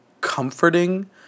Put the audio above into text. comforting